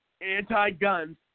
anti-guns